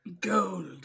Gold